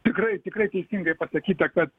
tikrai tikrai teisingai pasakyta kad